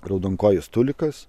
raudonkojis tulikas